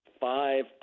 five